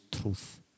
truth